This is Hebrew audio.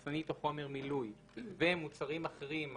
מחסנית או חומר מילוי ומוצרים אחרים,